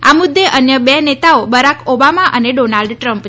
આ મુદ્દે અન્ય બે નેતાઓ છે બરાક ઓબામા અને ડોનાલ્ડ ટ્રમ્પ